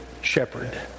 shepherd